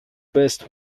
best